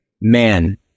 man